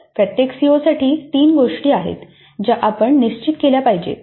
प्रत्येक सीओसाठी तीन गोष्टी आहेत ज्या आपण निश्चित केल्या पाहिजेत